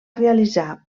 realitzar